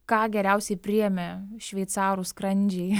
ką geriausiai priėmė šveicarų skrandžiai